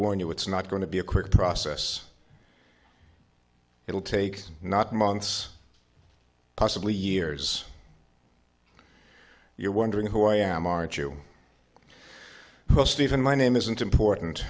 warn you it's not going to be a quick process it'll take not months possibly years you're wondering who i am aren't you just even my name isn't important